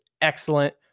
excellent